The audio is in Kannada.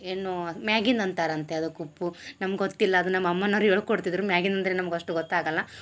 ಏನೂ ಮ್ಯಾಗಿನ ಅಂತಾರಂತೆ ಅದಕ್ಕೆ ಉಪ್ಪು ನಮ್ಗೊತ್ತಿಲ್ಲ ಅದು ನಮ್ಮಮ್ಮನವ್ರ ಹೇಳ್ಕೊಡ್ತಿದ್ದರು ಮ್ಯಾಗಿನಂದರೆ ನಮ್ಗಷ್ಟು ಗೊತ್ತಾಗಲ್ಲ